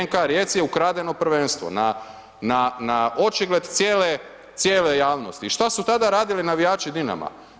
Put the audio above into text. NK Rijeci je ukradeno prvenstvo na očigled cijele javnosti i šta su tada radili navijači Dinama?